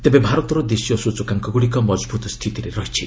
ତେବେ ଭାରତର ଦେଶୀୟ ସ୍ୱଚକାଙ୍କଗୁଡ଼ିକ ମଜଭୁତ ସ୍ଥିତିରେ ରହିଛି